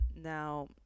now